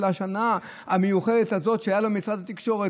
השנה המיוחדת הזאת שהייתה לו במשרד התקשורת.